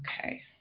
Okay